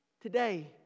Today